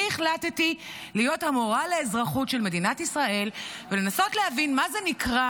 אני החלטתי להיות המורה לאזרחות של מדינת ישראל ולנסות להבין מה זה נקרא